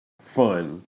fun